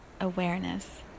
awareness